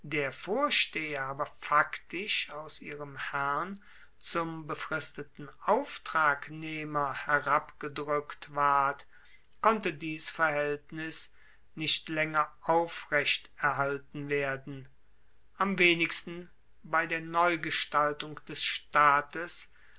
der vorsteher aber faktisch aus ihrem herrn zum befristeten auftragnehmer herabgedrueckt ward konnte dies verhaeltnis nicht laenger aufrecht erhalten werden am wenigsten bei der neugestaltung des staates